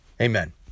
Amen